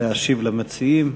להשיב למציעים.